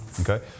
Okay